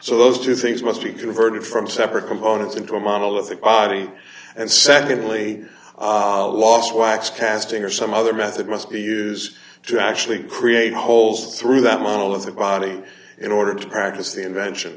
so those two things must be converted from separate components into a model of the body and secondly lost wax casting or some other method must be use to actually create holes through that model of the body in order to practice the invention